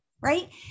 right